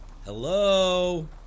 Hello